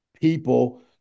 people